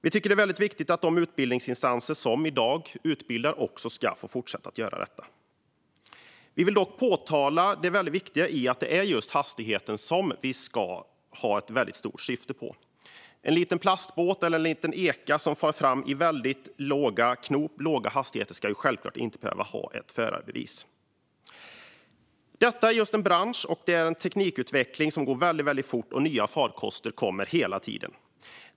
Vi tycker att det är viktigt att de utbildningsinstanser som utbildar i dag ska få fortsätta göra detta. Vi vill dock peka på det viktiga i att det är just hastigheten som vi ska ha stort fokus på. En liten plastbåt eller eka som far fram i väldigt låga hastigheter ska man självklart inte behöva ha ett förarbevis för. Detta är en bransch där teknikutvecklingen går väldigt fort, och nya farkoster kommer hela tiden.